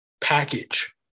package